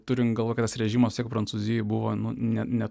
turint galvoje kad tas režimas vis tiek prancūzijoj buvo nu ne